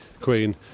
queen